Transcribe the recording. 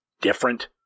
different